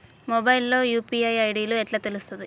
Mobile లో UPI ID ఎట్లా తెలుస్తది?